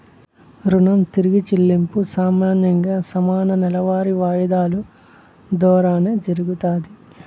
రుణం తిరిగి చెల్లింపు సామాన్యంగా సమాన నెలవారీ వాయిదాలు దోరానే జరగతాది